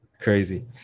crazy